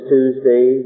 Tuesday